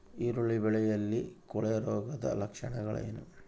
ಈರುಳ್ಳಿ ಬೆಳೆಯಲ್ಲಿ ಕೊಳೆರೋಗದ ಲಕ್ಷಣಗಳೇನು?